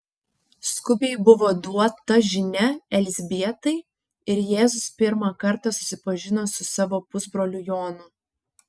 skubiai buvo duota žinia elzbietai ir jėzus pirmą kartą susipažino su savo pusbroliu jonu